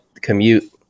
commute